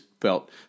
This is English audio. felt